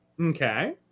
Okay